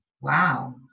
Wow